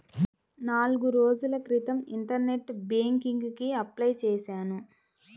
నాల్గు రోజుల క్రితం ఇంటర్నెట్ బ్యేంకింగ్ కి అప్లై చేశాను